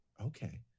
okay